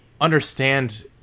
understand